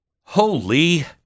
Holy